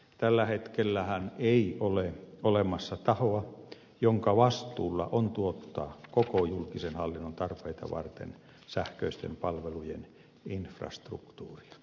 tällä hetkellähän ei ole olemassa tahoa jonka vastuulla on tuottaa koko julkisen hallinnon tarpeita varten sähköisten palvelujen infrastruktuuria